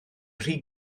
rhy